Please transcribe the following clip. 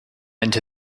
into